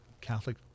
Catholic